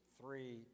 three